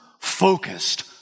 focused